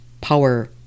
power